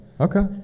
Okay